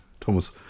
Thomas